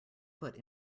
foot